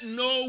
no